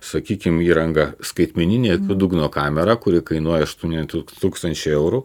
sakykim įrangą skaitmeninė dugno kamera kuri kainuoja aštuoni tūkstančiai eurų